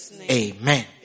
Amen